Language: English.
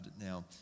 now